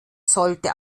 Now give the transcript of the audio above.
sollte